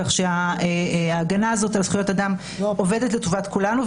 כך שההגנה הזאת על זכויות אדם עובדת לטובת כולנו.